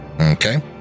Okay